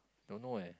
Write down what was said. don't know eh